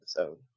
episode